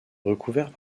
recouvert